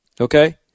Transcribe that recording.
okay